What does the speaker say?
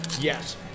yes